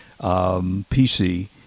PC